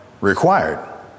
required